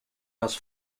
else